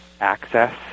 Access